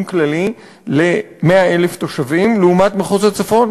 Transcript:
כללי ל-100,000 תושבים לעומת מחוז הצפון.